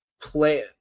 play